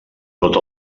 tots